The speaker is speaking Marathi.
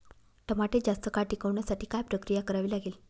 टमाटे जास्त काळ टिकवण्यासाठी काय प्रक्रिया करावी लागेल?